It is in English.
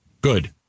Good